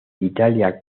italia